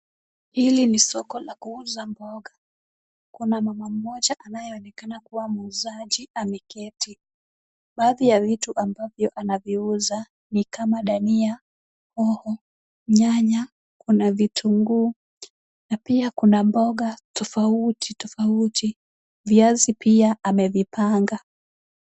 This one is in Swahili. Hili ni soko la kuuza mboga. Kuna mama mmoja anayeonekana kuwa muuzaji ameketi. Baadhi ya vitu ambavyo anaviuza ni kama dania, hoho, nyanya, kuna vitunguu na pia kuna mboga tofautitofauti. Viazi pia amevipanga.